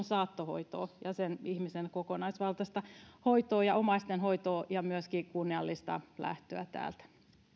saattohoitoa tarvitaan ja sen ihmisen kokonaisvaltaista hoitoa ja omaisten hoitoa ja myöskin kunniallista lähtöä täältä